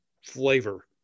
flavor